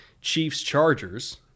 Chiefs-Chargers